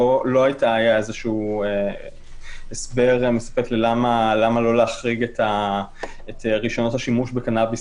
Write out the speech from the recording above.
לא היה הסבר מספק למה לא להחריג את רישיונות השימוש בקנביס